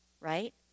right